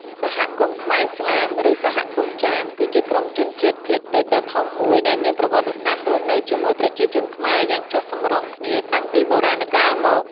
សហគមន៍ខ្មែរឥស្លាម ឬសហគមន៍ចាម គឺជាក្រុមជនជាតិភាគតិចដ៏ធំមួយដែលមានប្រវត្តិសាស្ត្ររស់នៅជាមួយប្រជាជនខ្មែរយ៉ាងចុះសម្រុងគ្នាតាំងពីបុរាណកាលមក។